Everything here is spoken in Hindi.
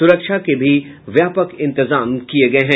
सुरक्षा के भी व्यापक इंतजाम किये गये हैं